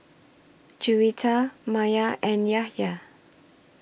Juwita Maya and Yahya